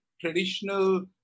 traditional